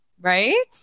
right